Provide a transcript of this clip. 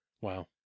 wow